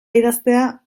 idaztea